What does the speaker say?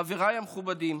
חבריי המכובדים,